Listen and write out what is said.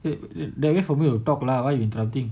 the~ there you for me to talk lah why you interrupting